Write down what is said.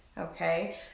Okay